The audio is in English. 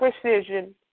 precision